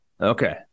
Okay